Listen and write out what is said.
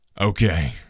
Okay